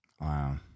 Wow